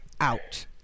out